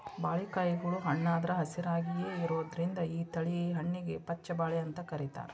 ಬಾಳಿಕಾಯಿಗಳು ಹಣ್ಣಾದ್ರು ಹಸಿರಾಯಾಗಿಯೇ ಇರೋದ್ರಿಂದ ಈ ತಳಿ ಹಣ್ಣಿಗೆ ಪಚ್ಛ ಬಾಳೆ ಅಂತ ಕರೇತಾರ